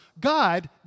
God